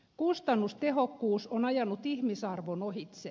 kustannustehokkuus on ajanut ihmisarvon ohitse